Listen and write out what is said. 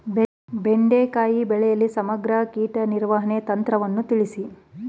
ಬೆಂಡೆಕಾಯಿ ಬೆಳೆಯಲ್ಲಿ ಸಮಗ್ರ ಕೀಟ ನಿರ್ವಹಣೆ ತಂತ್ರವನ್ನು ತಿಳಿಸಿ?